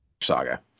saga